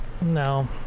no